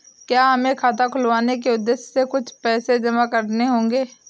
क्या हमें खाता खुलवाने के उद्देश्य से कुछ पैसे जमा करने होंगे?